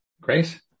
Great